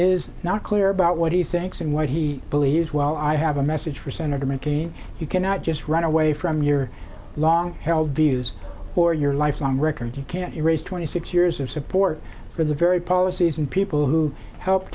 is not clear about what he's saying and what he believes well i have a message for senator mccain you cannot just run away from your long held views or your lifelong record you can't erase twenty six years of support for the very policies and people who help